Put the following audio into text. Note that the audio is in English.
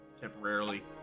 temporarily